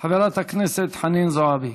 חברת הכנסת חנין זועבי.